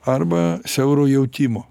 arba siauro jautimo